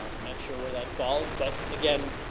i'm not sure where that falls, but again,